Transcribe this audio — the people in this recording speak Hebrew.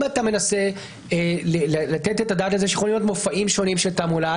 אם אתה מנסה לתת את הדעת לזה שיכולים להיות מופעים שונים של תעמולה,